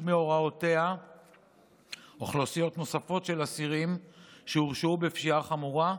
מהוראותיה אוכלוסיות נוספות של אסירים שהורשעו בפשיעה חמורה.